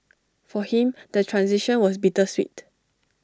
for him the transition was bittersweet